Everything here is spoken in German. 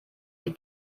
die